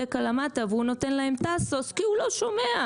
קלמטה והוא נותן להם טאסוס כי הוא לא שומע,